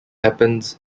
happens